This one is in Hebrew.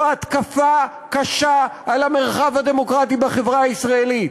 זו התקפה קשה על המרחב הדמוקרטי בחברה הישראלית.